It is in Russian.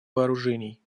вооружений